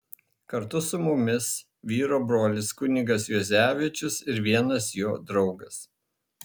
kartu su mumis vyro brolis kunigas juozevičius ir vienas jo draugas